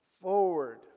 forward